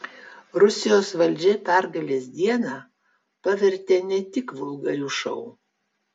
rusijos valdžia pergalės dieną pavertė ne tik vulgariu šou